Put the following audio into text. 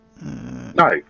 No